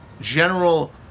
general